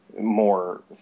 more